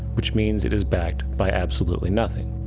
which means it is backed by absolutely nothing.